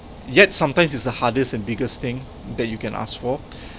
yet sometimes it's the hardest and biggest thing that you can ask for